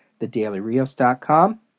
TheDailyRios.com